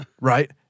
Right